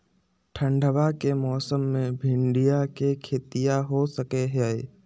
ठंडबा के मौसमा मे भिंडया के खेतीया हो सकये है?